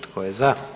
Tko je za?